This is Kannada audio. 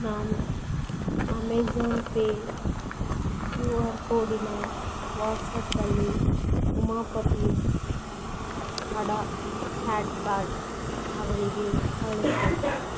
ನಾನು ಅಮೇಝಾನ್ ಪೇ ಕ್ಯೂ ಆರ್ ಕೋಡಿನ ವಾಟ್ಸ್ಅಪ್ಪಲ್ಲಿ ಉಮಾಪತಿ ಹಡಾ ಹಡಪದ್ ಅವರಿಗೆ ಕಳಿಸು